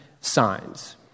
signs